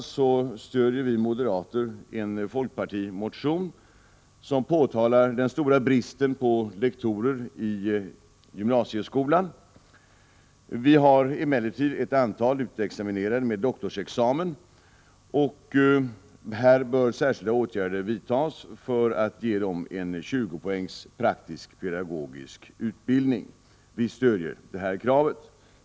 Till sist: Vi moderater stöder en folkpartimotion i vilken det påtalas den stora bristen på lektorer i gymnasieskolan. Det finns emellertid ett stort antal utexaminerade med doktorsexamen, och det krävs i motionen att särskilda åtgärder bör vidtas för att ge dessa en 20-poängs praktisk pedagogisk utbildning. Vi stöder detta krav.